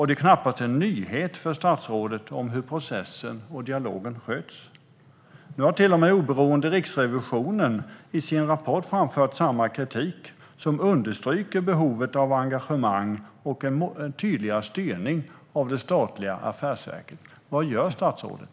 Det är knappast en nyhet för statsrådet om hur processen och dialogen sköts. Nu har till och med oberoende Riksrevisionen i sin rapport framfört samma kritik som understryker behovet av engagemang och en tydligare styrning av det statliga affärsverket. Vad gör statsrådet?